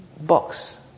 box